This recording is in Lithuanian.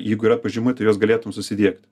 jeigu yra pažyma tu juos galėtum susidiegt